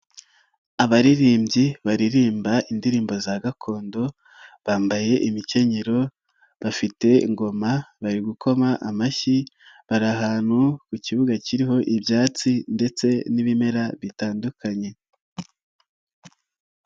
Abaririmbyi baririmba indirimbo za gakondo, bambaye imikenyero bafite ingoma bari gukoma amashyi, bari ahantu ku kibuga kiriho ibyatsi ndetse n'ibimera bitandukanye.